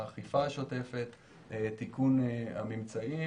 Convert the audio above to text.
האכיפה השוטפת ותיקון הממצאים.